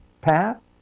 path